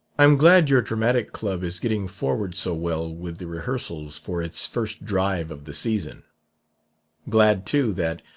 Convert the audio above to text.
i'm glad your dramatic club is getting forward so well with the rehearsals for its first drive of the season glad too that,